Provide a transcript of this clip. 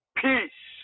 peace